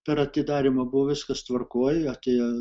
per atidarymą buvo viskas tvarkoj atėjo